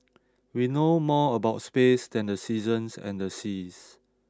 we know more about space than the seasons and the seas